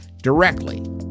Directly